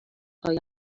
آینده